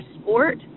sport